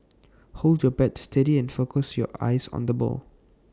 hold your bat steady and focus your eyes on the ball